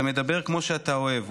אתה מדבר כמו שאתה אוהב,